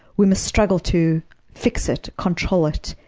we must struggle to fix it, control it,